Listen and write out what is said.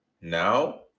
Now